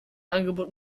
angebot